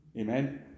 Amen